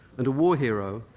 and a war hero,